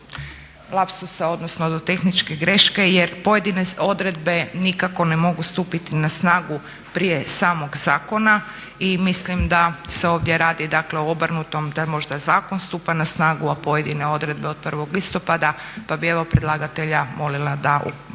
lapsusa, odnosno do tehničke greške jer pojedine odredbe nikako ne mogu stupiti na snagu prije samog zakona i mislim da se ovdje radi o obrnutom, da možda zakon stupa na snagu, a pojedine odredbe od 1. listopada pa bi evo predlagatelja molila da obrati